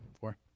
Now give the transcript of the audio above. Four